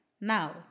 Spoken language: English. now